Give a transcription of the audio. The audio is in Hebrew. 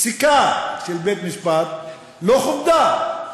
פסיקה של בית-משפט לא כובדה.